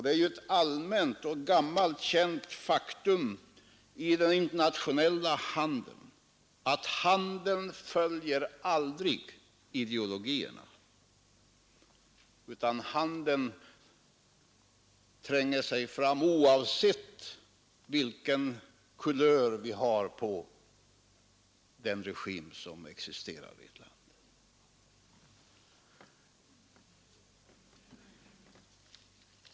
Det är också ett gammalt och känt faktum att handeln aldrig följer ideologierna, utan den tränger sig fram oavsett vilken kulör den regim har som råder i ett land.